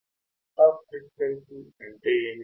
cut off frequency అంటే ఏమిటి